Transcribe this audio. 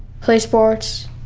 play sports,